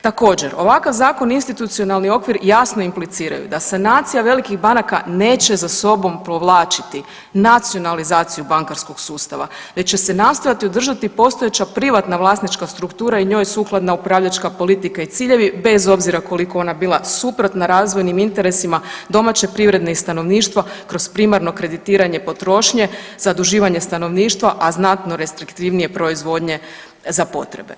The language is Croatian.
Također, ovakav zakon i institucionalni okvir jasno impliciraju da sanacija velikih banaka neće za sobom povlačiti nacionalizaciju bankarskog sustava već će se nastojati održati postojeća privatna vlasnička struktura i njoj sukladna upravljačka politika i ciljevi bez obzira koliko ona bila suprotna razvojnim interesima domaće privrede i stanovništva kroz primarno kreditiranje potrošnje zaduživanje stanovništva, a znatno restriktivnije proizvodnje za potrebe.